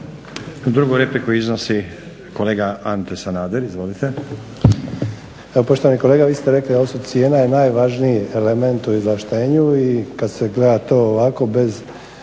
Drugu repliku iznosi kolega Ante Sanader. Izvolite. **Sanader, Ante (HDZ)** Evo poštovani kolega vi ste rekli da cijena je najvažniji element u izvlaštenju i kad se gleda to ovako bez